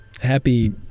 happy